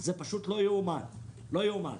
זה פשוט לא יאומן, לא יאומן.